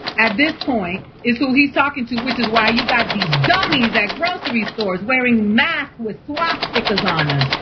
at this point, is who he's talking to, which is why you got these dummies at grocery stores, wearing masks with swastikas on them.